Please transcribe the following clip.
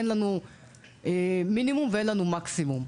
אין לנו מינימום ואין לנו מקסימום.